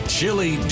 Chili